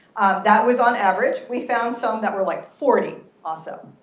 that was on average. we found some that were like forty. awesome.